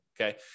okay